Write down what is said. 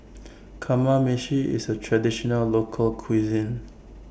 Kamameshi IS A Traditional Local Cuisine